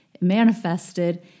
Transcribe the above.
manifested